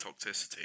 toxicity